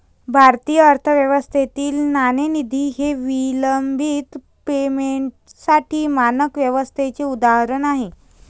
भारतीय अर्थव्यवस्थेतील नाणेनिधी हे विलंबित पेमेंटसाठी मानक व्यवस्थेचे उदाहरण आहे